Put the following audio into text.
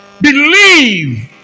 believe